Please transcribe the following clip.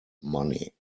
money